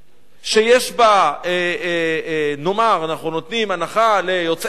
שיש בה, נאמר, אנחנו נותנים הנחה ליוצאי צבא